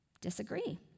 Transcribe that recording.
disagree